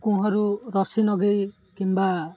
କୁଅରୁ ରସି ଲଗାଇ କିମ୍ବା